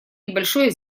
небольшое